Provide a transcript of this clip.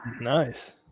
nice